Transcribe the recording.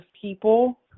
people